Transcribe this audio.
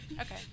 Okay